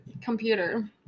computer